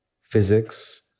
physics